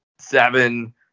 Seven